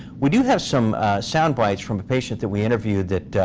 we do have some sound bites from the patient that we interviewed that